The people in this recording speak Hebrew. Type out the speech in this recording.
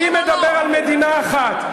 מי מדבר על מדינה אחת?